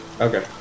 Okay